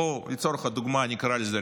בואו, לצורך הדוגמה נקרא לזה רפורמה,